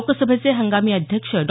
लोकसभेचे हंगामी अध्यक्ष डॉ